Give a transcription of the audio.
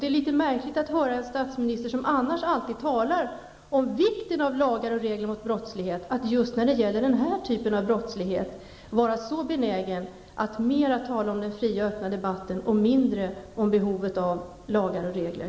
Det är litet märkligt att höra att statsministern, som annars alltid talar om vikten av lagar och regler mot brottslighet, är så benägen att just när det gäller den här typen av brottslighet mera tala om den fria och öppna debatten och mindre om behovet av lagar och regler.